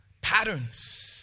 Patterns